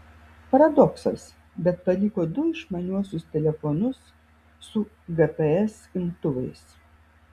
paradoksas bet paliko du išmaniuosius telefonus su gps imtuvais